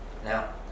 Now